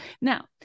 Now